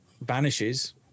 vanishes